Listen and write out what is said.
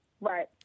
Right